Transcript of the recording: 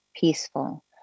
peaceful